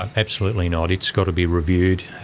absolutely not. it's got to be reviewed.